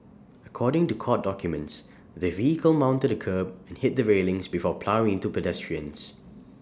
according to court documents the vehicle mounted A kerb and hit the railings before ploughing into pedestrians